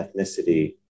ethnicity